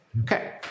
Okay